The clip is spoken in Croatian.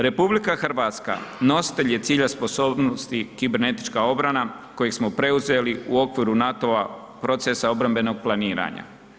RH nositelj je cilja sposobnosti i kibernetička obrana kojeg smo preuzeli u okviru NATO-a procesa obrambenog planiranja.